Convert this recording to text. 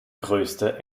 größte